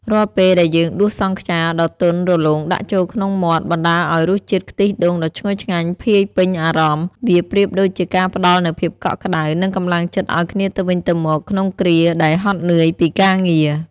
រាល់ពេលដែលយើងដួសសង់ខ្យាដ៏ទន់រលោងដាក់ចូលក្នុងមាត់បណ្ដាលឱ្យរសជាតិខ្ទិះដូងដ៏ឈ្ងុយឆ្ងាញ់ភាយពេញអារម្មណ៍ វាប្រៀបដូចជាការផ្ដល់នូវភាពកក់ក្ដៅ និងកម្លាំងចិត្តឱ្យគ្នាទៅវិញទៅមកក្នុងគ្រាដែលហត់នឿយពីការងារ។